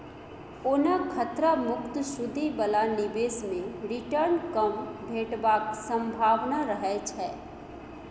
ओना खतरा मुक्त सुदि बला निबेश मे रिटर्न कम भेटबाक संभाबना रहय छै